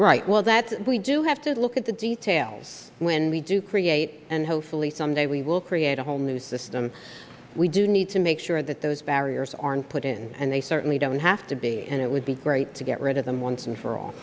right well that we do have to look at the details when we do create and hopefully someday we will create a whole new system we do need to make sure that those barriers aren't put in and they certainly don't have to be and it would be great to get rid of them once and for all